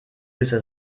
süße